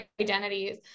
identities